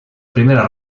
primera